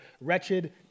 wretched